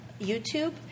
youtube